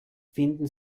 finden